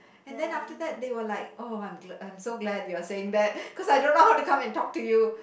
and then after that they were like oh I'm I'm so glad you saying that cause I don't know how to come and talk to you